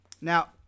Now